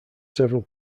several